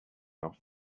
off